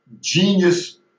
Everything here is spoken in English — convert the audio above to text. genius